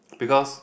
because